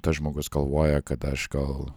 tas žmogus galvoja kad aš gal